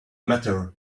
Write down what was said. matter